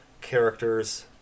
characters